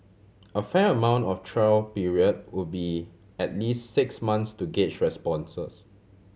a fair amount of trial period would be at least six months to gauge responses